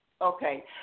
Okay